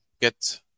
get